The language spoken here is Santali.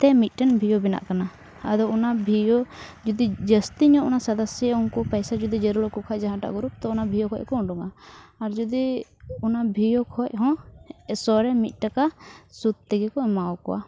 ᱛᱮ ᱢᱤᱫᱴᱮᱱ ᱵᱷᱤᱭᱳ ᱵᱮᱱᱟᱜ ᱠᱟᱱᱟ ᱟᱫᱚ ᱚᱱᱟ ᱵᱷᱤᱭᱳ ᱡᱩᱫᱤ ᱡᱟᱹᱥᱛᱤ ᱧᱚᱜ ᱚᱱᱟ ᱥᱟᱫᱥᱥᱚᱭ ᱩᱱᱠᱩ ᱯᱚᱭᱥᱟ ᱡᱩᱫᱤ ᱡᱟᱹᱨᱩᱲᱟᱠᱚ ᱠᱷᱟᱡ ᱡᱟᱦᱟᱸᱴᱟᱜ ᱛᱳ ᱚᱱᱟ ᱵᱷᱤᱭᱳ ᱠᱷᱚᱡᱠᱚ ᱩᱰᱩᱠᱟ ᱟᱨ ᱡᱩᱫᱤ ᱚᱱᱟ ᱵᱷᱤᱭᱳ ᱠᱷᱚᱡ ᱦᱚᱸ ᱥᱚ ᱨᱮ ᱢᱤᱫᱴᱟᱠᱟ ᱥᱩᱫᱽ ᱛᱮᱜᱮᱠᱚ ᱮᱢᱟ ᱟᱠᱚᱣᱟ